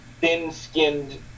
thin-skinned